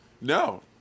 No